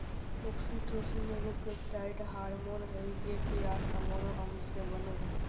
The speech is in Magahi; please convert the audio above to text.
ऑक्सीटोसिन एगो पेप्टाइड हार्मोन हइ जे कि आठ अमोनो अम्ल से बनो हइ